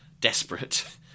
desperate